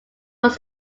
was